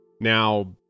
Now